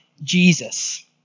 Jesus